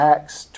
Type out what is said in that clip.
Acts